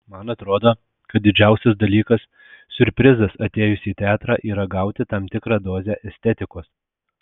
man atrodo kad didžiausias dalykas siurprizas atėjus į teatrą yra gauti tam tikrą dozę estetikos